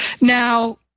Now